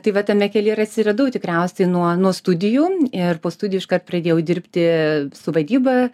tai va tame kelyje ir atsiradau tikriausiai nuo nuo studijų ir po studijų iškart pradėjau dirbti su vadyba